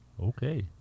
Okay